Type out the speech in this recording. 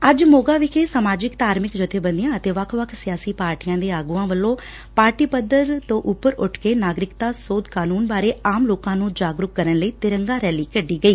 ਅੱਜ ਮੋਗਾ ਵਿਖੇ ਸਮਾਜਿਕ ਧਾਰਮਿਕ ਜਬੇਬੰਦੀਆਂ ਅਤੇ ਵੱਖ ਵੱਖ ਸਿਆਸੀ ਪਾਰਟੀਆਂ ਦੇ ਆਗੁਆਂ ਵੱਲੋ ਪਾਰਟੀ ਪੱਧਰ ਉਂਪਰ ਉਂਠ ਕੇ ਨਾਗਰਿਕਤਾ ਸੋਧ ਐਕਟ ਬਾਰੇ ਆਮ ਲੋਕਾਂ ਨੂੰ ਜਾਗਰੁਕ ਕਰਨ ਲਈ ਤਿਰੰਗਾ ਰੈਲੀ ਕੱਢੀ ਗਈ